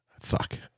fuck